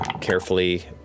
carefully